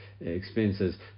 expenses